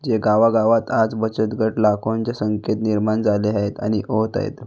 जे गावागावात आज बचत गट लाखोंच्या संख्येत निर्माण झाले आहेत आणि होत आहेत